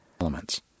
elements